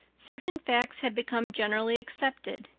certain facts had become generally accepted.